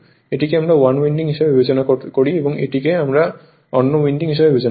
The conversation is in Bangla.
এটিকে আমরা 1 উইন্ডিং হিসাবে বিবেচনা করি এবং এটিকে আমরা অন্য উইন্ডিং হিসাবে বিবেচনা করব